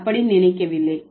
நான் அப்படி நினைக்கவில்லை